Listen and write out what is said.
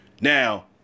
Now